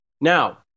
Now